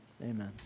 amen